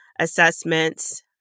assessments